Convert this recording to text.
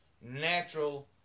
natural